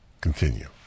Continue